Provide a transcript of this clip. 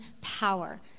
power